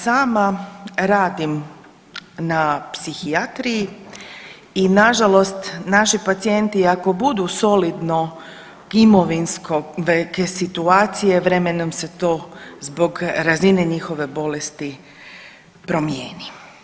Sama radim na psihijatriji i na žalost naši pacijenti ako budu solidne imovinske situacije, vremenom se to zbog razine njihove bolesti promijeni.